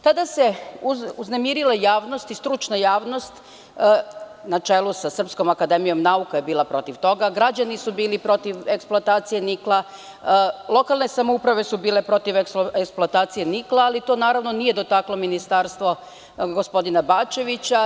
Tada se uznemirila javnost i stručna javnost na čelu sa Srpskom akademijom nauka koja je bila protiv toga, građani su bili protiv eksploatacije nikla, lokalne samouprave su bile protiv eksploatacije nikla, ali to naravno, nije dotaklo ministarstvo i gospodina Bačevića.